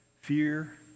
fear